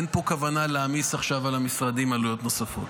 אין פה כוונה להעמיס עכשיו על המשרדים עלויות נוספות.